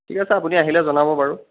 ঠিক আছে আপুনি আহিলে জনাব বাৰু